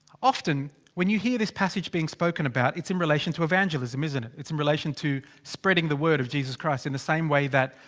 often, when you hear this passage being spoken about. it's in relation to evangelism, isn't it? it's in relation to. spreading the word of jesus christ. in the same way that,